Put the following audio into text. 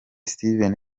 steven